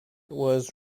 was